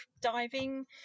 diving